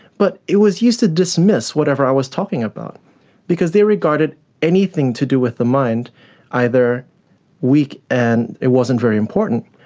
but it was used to dismiss whatever i was talking about because they regarded anything to do with the mind either weak and it wasn't very important.